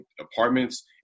apartments